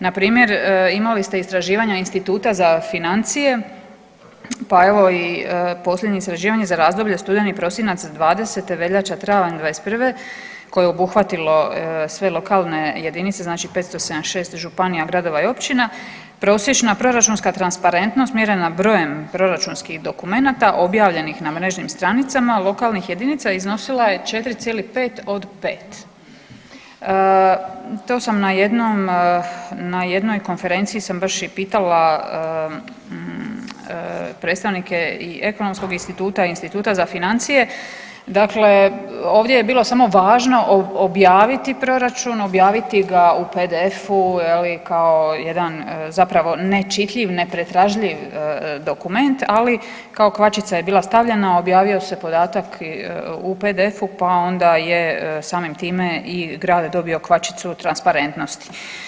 Na primjer imali ste istraživanje Instituta za financije pa evo i posljednje istraživanje za razdoblje studeni – prosinac '20., veljača – travanj '21. koje je obuhvatilo sve lokalne jedinice znači 576 županija, gradova i općina, prosječna proračunska transparentnost mjerena brojem proračunskih dokumenata objavljenih na mrežnim stranicama lokalnih jedinica iznosila je 4,5 od 5. To sam na jednom, na jednoj konferenciji sam baš i pitala predstavnike i Ekonomskog instituta i Instituta za financije dakle ovdje je bilo samo važno objaviti proračun, objaviti ga u PDF-u kao jedan zapravo nečitljiv, nepretražljiv dokument ali kao kvačica je bila stavljena objavio se podatak u PDF-u pa onda je samim time i GRAWE dobio kvačicu transparentnosti.